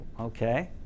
okay